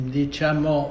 diciamo